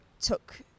took